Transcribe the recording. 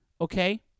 okay